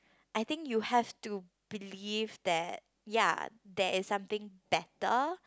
I think you have to believe that ya there is something better